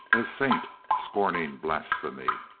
a saint scorning blasphemy.